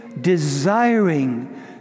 desiring